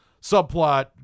subplot